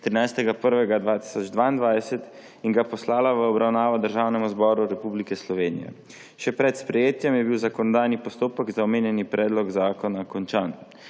13. 1. 2022 in ga poslala v obravnavo Državnemu zboru Republike Slovenije. Še pred sprejetjem je bil zakonodajni postopek za omenjeni predlog zakona končan.